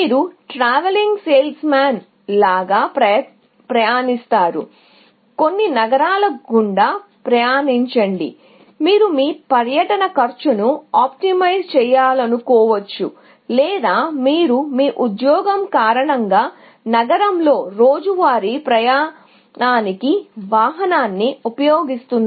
మీరు travelling salesman లాగా ప్రయాణిస్తారు అనుకుందాము కొన్ని నగరాల గుండా ప్రయాణించండి మీరు మీ ఉద్యోగం కారణంగా నగరంలో రోజువారీ ప్రయాణానికి వాహనాన్ని ఉపయోగిస్తున్నారు